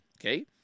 okay